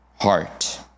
heart